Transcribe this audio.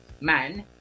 man